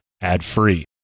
ad-free